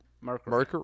Mercury